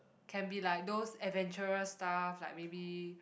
can be like those adventurous stuff like maybe